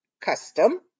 custom